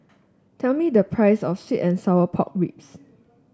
tell me the price of sweet and Sour Pork Ribs